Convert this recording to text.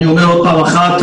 אני לא יודע מה הפרקטיקה.